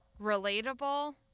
relatable